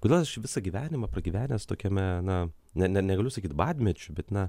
kodėl aš visą gyvenimą pragyvenęs tokiame na ne ne negaliu sakyt badmečiu bet na